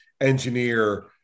engineer